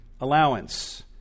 allowance